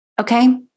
Okay